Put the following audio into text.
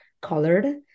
colored